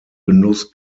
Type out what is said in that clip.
genuss